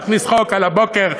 להכניס חוק על הבוקר,